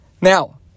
Now